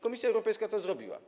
Komisja Europejska to zrobiła.